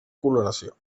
coloració